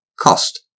Cost